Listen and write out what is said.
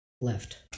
left